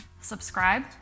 Subscribe